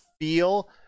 feel